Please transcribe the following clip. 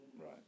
right